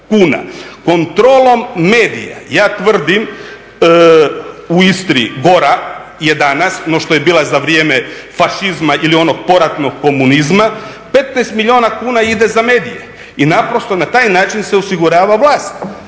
Kontrolom medija ja tvrdim u Istri gora je danas no što je bila za vrijeme fašizma ili onog poratnog komunizma, 15 milijuna kuna ide za medije i naprosto na taj način se osigurava vlast.